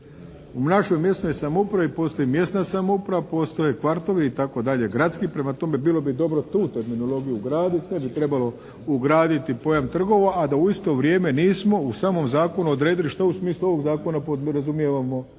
U našoj mjesnoj samoupravi postoji mjesna samouprava, postoje kvartovi, itd., gradski. Prema tome, bilo bi dobro tu terminologiju ugraditi. Ne bi trebalo ugraditi pojam trgova, a da u isto vrijeme nismo u samom zakonu odredili šta u smislu ovog Zakona mi razumijevamo